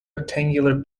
rectangular